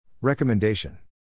Recommendation